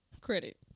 credit